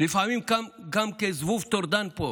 לפעמים גם כזבוב טורדן פה.